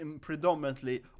Predominantly